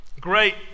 great